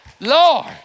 Lord